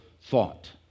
thought